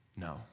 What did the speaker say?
no